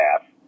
half